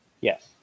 Yes